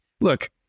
Look